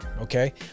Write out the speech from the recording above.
okay